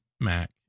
Mac